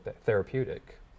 therapeutic